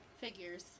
figures